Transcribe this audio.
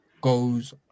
goes